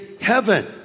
heaven